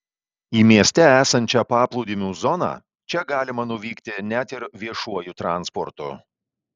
į mieste esančią paplūdimių zoną čia galima nuvykti net ir viešuoju transportu